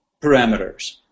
parameters